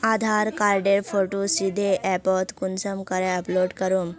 आधार कार्डेर फोटो सीधे ऐपोत कुंसम करे अपलोड करूम?